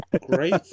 Great